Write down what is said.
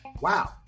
wow